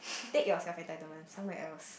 take your self entitlement somewhere else